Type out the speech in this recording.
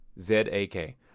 Z-A-K